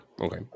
okay